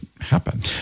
happen